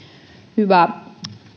hyvä